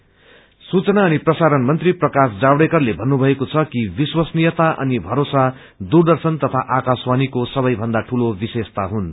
I and B सूचना अनि प्रसारण मन्त्री प्रकाश जावड़ेकरले भन्नुभएको छ कि विश्वसनीयता अनि भरोसा दूर्दशन तथा आकाशवाणीको सबैभन्दा दूलो विशेषता हुन्